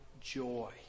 joy